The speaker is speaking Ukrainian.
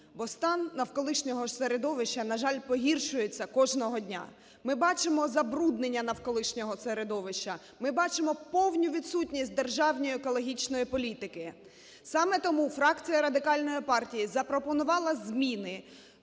бо стан навколишнього середовища, на жаль, погіршується кожного дня. Ми бачимо забруднення навколишнього середовища. Ми бачимо повну відсутність державної екологічної політики. Саме тому фракція Радикальної партії запропонувала зміни